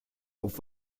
auf